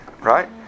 right